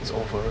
it's over